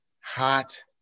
hot